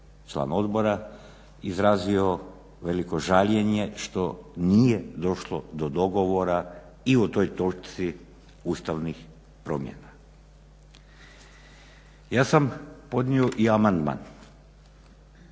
član odbora izrazio veliko žaljenje što nije došlo do dogovora i o toj točci ustavnih promjena. Ja sam podnio i amandman.